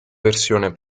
versione